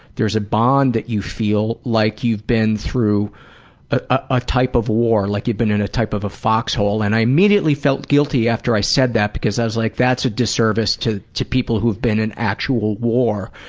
there's a bond that you feel like you've been through a type of war, like you've been in a type of a foxhole. and i immediately felt guilty after i said that because like that's a disservice to to people who've been in actual war.